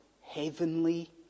heavenly